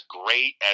great